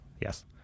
yes